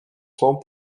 sons